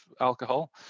alcohol